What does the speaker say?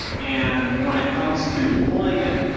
and when it comes to deploying it,